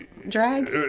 Drag